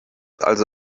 also